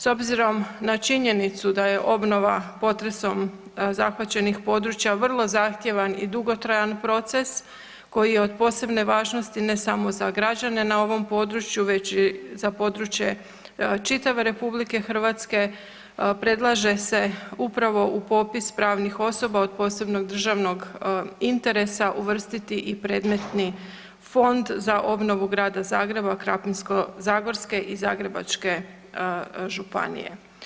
S obzirom na činjenicu da je obnova potresom zahvaćenih područja vrlo zahtjevan i dugotrajan proces koji je od posebne važnosti ne samo za građane na ovom području već i za područje čitave RH, predlaže se upravo u popis pravnih osoba od posebnog državnog interesa uvrstiti i predmetni Fond za obnovu Grada Zagreba, Krapinsko-zagorske i Zagrebačke županije.